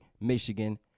Michigan